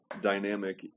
dynamic